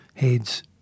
heads